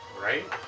right